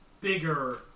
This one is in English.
bigger